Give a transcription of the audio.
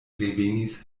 revenis